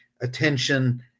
attention